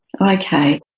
Okay